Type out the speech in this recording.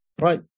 Right